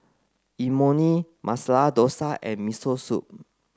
Imoni Masala Dosa and Miso Soup